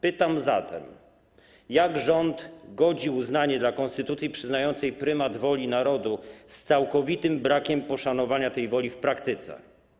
Pytam zatem: Jak rząd godzi uznanie dla konstytucji przyznającej prymat woli narodu z całkowitym brakiem poszanowania tej woli w praktyce?